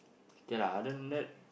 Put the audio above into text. okay other than that